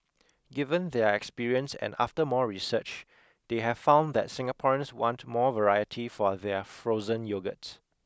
given their experience and after more research they have found that Singaporeans want more variety for their frozen yogurt